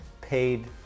paid